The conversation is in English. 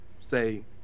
say